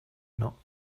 not